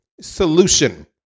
Solution